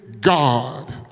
God